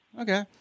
okay